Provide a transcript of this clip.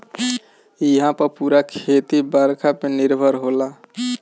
इहां पअ पूरा खेती बरखा पे निर्भर होला